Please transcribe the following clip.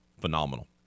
phenomenal